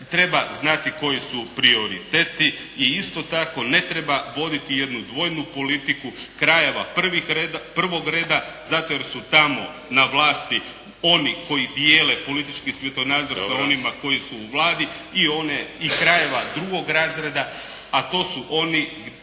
treba znati koji su prioriteti i isto tako ne treba voditi jednu dvojnu politiku, krajeva prvog reda zato jer su tamo na vlasti oni koji dijele politički svjetonazor … **Šeks, Vladimir (HDZ)** Dobro.